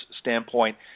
standpoint –